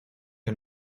que